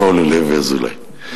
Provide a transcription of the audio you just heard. אורלי לוי אזולאי.